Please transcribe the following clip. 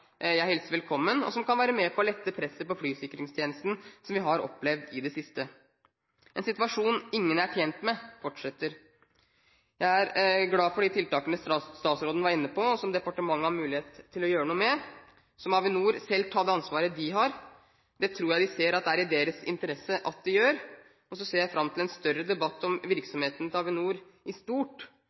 jeg hilser velkommen. Det kan være med på å lette presset på flysikringstjenesten som vi har opplevd i det siste. En situasjon ingen er tjent med, fortsetter. Jeg er glad for de tiltakene statsråden var inne på, og som departementet har mulighet til å gjøre noe med. Så må Avinor selv ta det ansvaret de har. Det tror jeg de ser er i deres interesse at de gjør. Så ser jeg fram til en større debatt om virksomheten til Avinor i stort